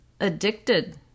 addicted